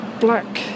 black